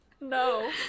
No